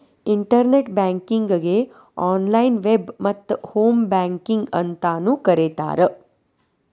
internet ಬ್ಯಾಂಕಿಂಗಗೆ online web ಮತ್ತ home banking ಅಂತಾನೂ ಕರಿತಾರ